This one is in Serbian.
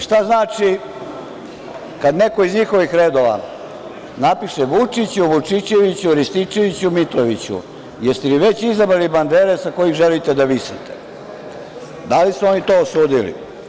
Šta znači kada neko iz njihovih redova napiše „Vučiću, Vučićeviću, Rističeviću, Mitroviću jeste li već izabrali bandere sa kojih želite da visite?“ Da li su oni to osudili?